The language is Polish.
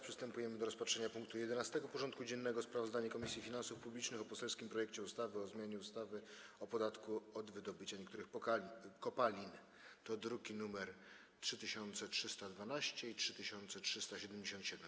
Przystępujemy do rozpatrzenia punktu 11. porządku dziennego: Sprawozdanie Komisji Finansów Publicznych o poselskim projekcie ustawy o zmianie ustawy o podatku od wydobycia niektórych kopalin (druki nr 3312 i 3377)